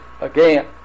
again